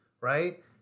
right